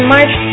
March